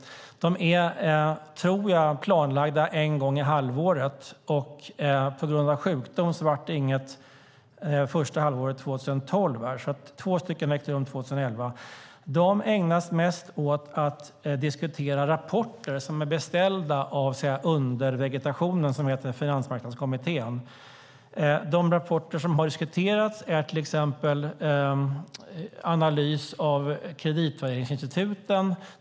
De är, tror jag, planlagda en gång i halvåret. På grund av sjukdom blev det inget första halvåret 2012, och två ägde rum 2011. De ägnas mest åt att diskutera rapporter som är beställda av undervegetationen, så att säga, som heter Finansmarknadskommittén. En rapport som har diskuterats är till exempel en analys av kreditvärderingsinstituten.